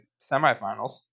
semifinals